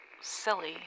silly